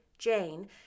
Jane